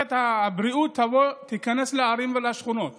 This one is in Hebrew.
שמערכת הבריאות תיכנס לערים ולשכונות